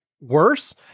worse